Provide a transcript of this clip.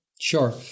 Sure